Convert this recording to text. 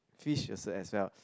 fish also as well